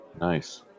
Nice